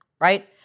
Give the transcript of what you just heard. right